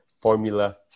formula